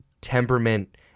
temperament